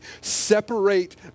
separate